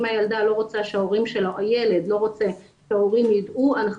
אם הילדה או הילד לא רוצים שההורים יידעו אנחנו